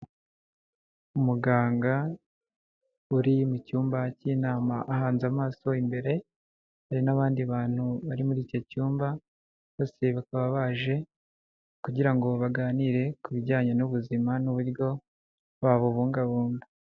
Umuganga uri mu cyumba cy'inama ahanze amaso imbere, hari n'abandi bantu bari muri icyo cyumba, bose bakaba baje kugira ngo baganire ku bijyanye n'ubuzima n'uburyo babubungabunga.